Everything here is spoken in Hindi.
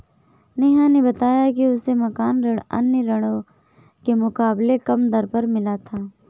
नेहा ने बताया कि उसे मकान ऋण अन्य ऋणों के मुकाबले कम दर पर मिला था